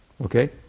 Okay